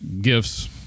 gifts